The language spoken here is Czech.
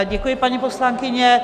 Děkuji, paní poslankyně.